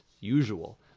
usual